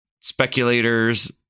speculators